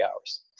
hours